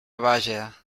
vaja